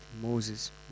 Moses